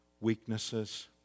weaknesses